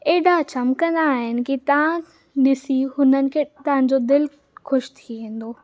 एॾा चमकंदा आहिनि की तव्हां हुननि खे ॾिसी करे तव्हां जो दिलि ख़ुशि थी वेंदो